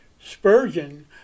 Spurgeon